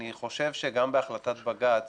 אני חושב שגם בהחלטת בג"צ